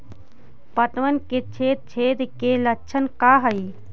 पतबन में छेद छेद के लक्षण का हइ?